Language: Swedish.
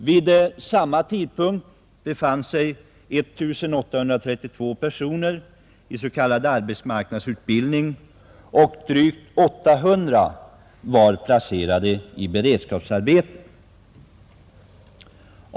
Vid samma tidpunkt befann sig 1 832 personer i arbetsmarknadsutbildning och ca 800 var placerade i beredskapsarbeten.